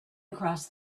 across